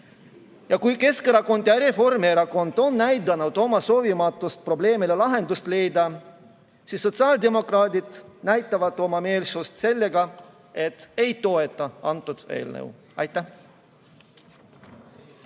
Kui Keskerakond ja Reformierakond on näidanud oma soovimatust probleemile lahendust leida, siis sotsiaaldemokraadid näitavad oma meelsust sellega, et ei toeta antud eelnõu. Aitäh!